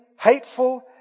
hateful